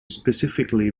specifically